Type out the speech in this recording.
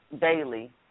daily